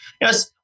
yes